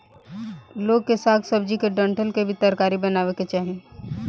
लोग के साग सब्जी के डंठल के भी तरकारी बनावे के चाही